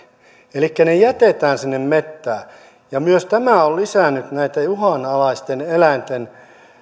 elikkä ne jätetään sinne metsään ja myös tämä on lisännyt näitä uhanalaisten eläinten